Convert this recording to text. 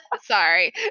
Sorry